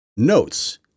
Notes